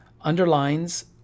underlines